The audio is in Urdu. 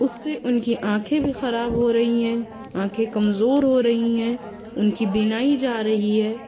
اس سے ان کی آنکھیں بھی خراب ہو رہی ہیں آنکھیں کمزور ہو رہی ہیں ان کی بینائی جا رہی ہے